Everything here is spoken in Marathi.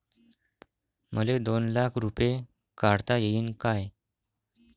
मले दोन लाख रूपे काढता येईन काय?